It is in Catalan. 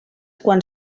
quan